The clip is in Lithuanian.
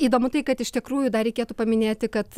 įdomu tai kad iš tikrųjų dar reikėtų paminėti kad